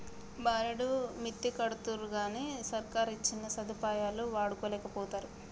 బారెడు మిత్తికడ్తరుగని సర్కారిచ్చిన సదుపాయాలు వాడుకోలేకపోతరు